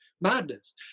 madness